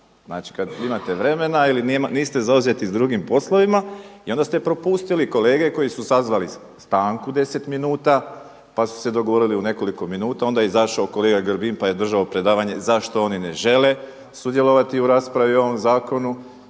Znači, kad imate vremena ili niste zauzeti sa drugim poslovima i onda ste propustili kolege koji su sazvali stanku 10 minuta, pa su se dogovorili u nekoliko minuta. Onda je izašao kolega Grbin pa je držao predavanje zašto oni ne žele sudjelovati u raspravi o ovom zakonu.